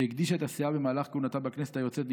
שהגדישה את הסאה במהלך כהונתה בכנסת היוצאת,